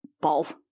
Balls